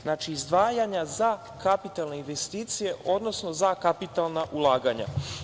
Znači, izdvajanja za kapitalne investicije, odnosno za kapitalna ulaganja.